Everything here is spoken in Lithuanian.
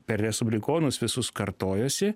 per respublikonus visus kartojosi